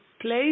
place